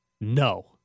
no